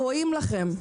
רואים לכם.